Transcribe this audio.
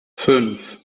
fünf